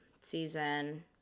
season